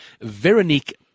Veronique